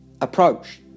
approach